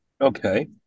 Okay